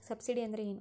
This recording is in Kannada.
ಸಬ್ಸಿಡಿ ಅಂದ್ರೆ ಏನು?